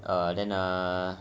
uh then err